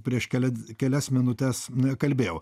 prieš kelias kelias minutes kalbėjau